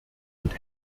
und